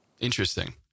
Interesting